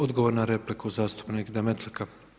Odgovor na repliku zastupnik Demetlika.